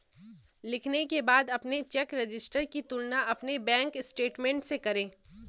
लिखने के बाद अपने चेक रजिस्टर की तुलना अपने बैंक स्टेटमेंट से करें